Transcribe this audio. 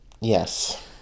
Yes